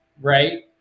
right